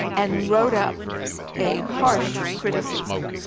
and wrote up a harsh criticism.